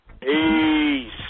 Peace